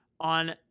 on